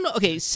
okay